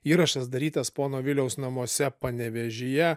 įrašas darytas pono viliaus namuose panevėžyje